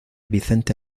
vicente